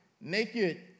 naked